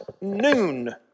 noon